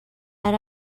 had